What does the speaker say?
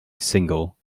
single